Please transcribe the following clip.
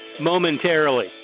momentarily